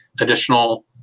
additional